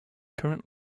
current